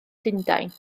llundain